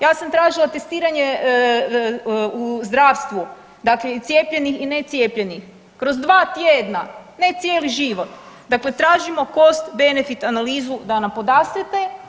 Ja sam tražila testiranje u zdravstvu, dakle i cijepljenih i necijepljenih kroz dva tjedna, ne cijeli život, dakle tražimo cost benefit analizu da nam podastrete.